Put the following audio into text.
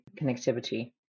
connectivity